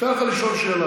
מותר לך לשאול שאלה,